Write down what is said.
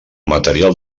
material